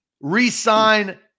re-sign